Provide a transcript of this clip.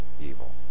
evil